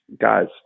guys